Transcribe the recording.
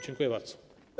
Dziękuję bardzo.